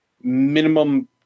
minimum